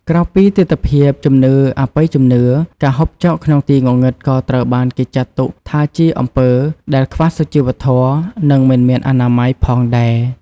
ក្រៅពីទិដ្ឋភាពជំនឿអបិយជំនឿ ការហូបចុកក្នុងទីងងឹតក៏ត្រូវបានគេចាត់ទុកថាជាអំពើដែល ខ្វះសុជីវធម៌ និង មិនមានអនាម័យ ផងដែរ ។